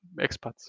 expats